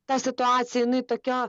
ta situacija jinai tokia